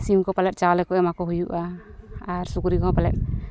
ᱥᱤᱢ ᱠᱚ ᱯᱟᱞᱮᱫ ᱪᱟᱣᱞᱮ ᱠᱚ ᱮᱢᱟ ᱠᱚ ᱦᱩᱭᱩᱜᱼᱟ ᱟᱨ ᱥᱩᱠᱨᱤ ᱦᱚᱸ ᱯᱟᱞᱮᱫ